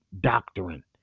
doctrine